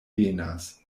venas